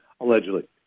allegedly